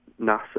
NASA